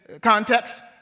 context